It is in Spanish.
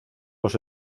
los